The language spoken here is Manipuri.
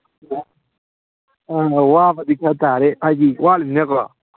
ꯑꯥ ꯋꯥꯕꯗꯤ ꯈꯔ ꯇꯥꯔꯦ ꯍꯥꯏꯗꯤ ꯋꯥꯠꯂꯤꯝꯅꯤꯅꯀꯣ